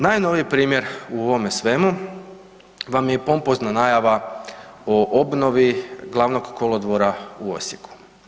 Najnoviji primjer u ovome svemu vam je i pompozna najava o obnovi glavnog kolodvora u Osijeku.